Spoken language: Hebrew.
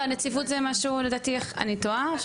לא, נציבות זה משהו לדעתי, אני טועה?